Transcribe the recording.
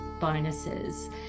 bonuses